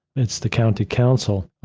it's the county council,